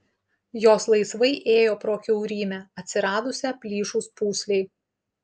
jos laisvai ėjo pro kiaurymę atsiradusią plyšus pūslei